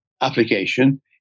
application